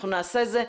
אנחנו נעשה זאת.